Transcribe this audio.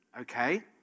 Okay